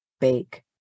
bake